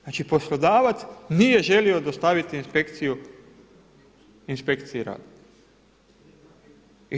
Znači poslodavac nije želio dostaviti inspekciji rada.